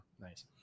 nice